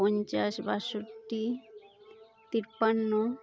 ᱯᱚᱧᱪᱟᱥ ᱵᱟᱥᱚᱴᱴᱤ ᱛᱤᱯᱟᱱᱱᱚ